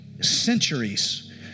centuries